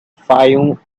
fayoum